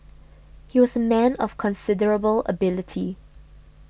he was a man of considerable ability